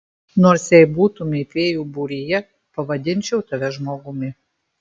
nors jei būtumei fėjų būryje pavadinčiau tave žmogumi